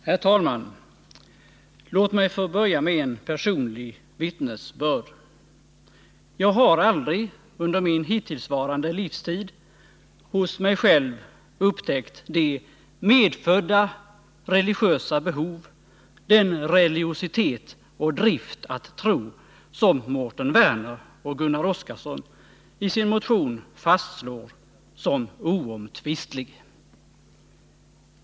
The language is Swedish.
Herr talman! Låt mig få börja med ett personligt vittnesbörd. Jag har aldrig under min hittillsvarande livstid hos mig själv upptäckt det ”medfödda religiösa behovet, den religiositet och drift att tro”, som Mårten Werner och Gunnar Oskarson i sin motion fastslår som ”oomtvistlig”.